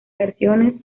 versiones